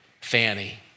Fanny